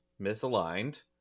misaligned